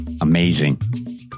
Amazing